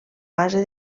base